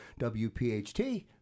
WPHT